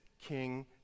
King